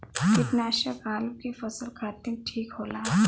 कीटनाशक आलू के फसल खातिर ठीक होला